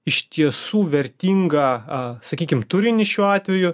iš tiesų vertingą sakykim turinį šiuo atveju